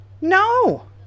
No